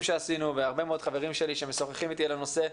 שעשינו והרבה מאוד חברים שלי שמשוחחים איתי על הנושא,